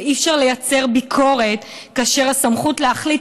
אי-אפשר לייצר ביקורת כאשר הסמכות להחליט